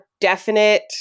definite